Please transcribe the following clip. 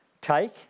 take